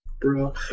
Bro